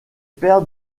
père